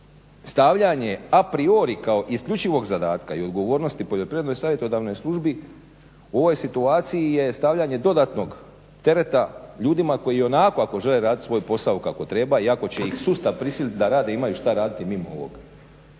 Stavljanja a priori kao isključivog zadatka i odgovornosti Poljoprivredno savjetodavnoj službi u ovoj situaciji je stavljanje dodatnog tereta ljudima koji i onako ako žele raditi svoj posao kako treba, iako će ih sustav prisiliti da rade i imaju šta raditi mimo ovoga.